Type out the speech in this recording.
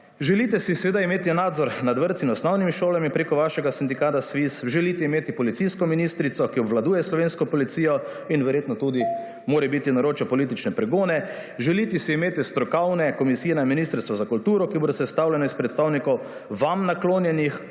Želite si imeti nadzor nad vrtci in osnovnimi šolami preko vašega sindikata SVIZ, želite imeti policijsko ministrico, ki obvladuje slovensko policijo in verjetno tudi morebiti naroča politične pregone, želite si imeti strokovne komisije na Ministrstvu za kulturo, ki bodo sestavljene iz predstavnikov vam naklonjenih